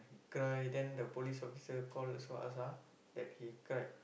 he cry then the police officer call saw us ah that he cried